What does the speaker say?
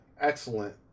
excellent